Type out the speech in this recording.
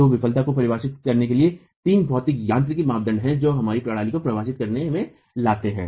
तो विफलता को परिभाषित करने के लिए तीन भौतिक यांत्रिक मापदंड हैं जो हम प्रणाली को परिभाषित करने में लाते हैं